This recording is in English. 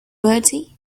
bertie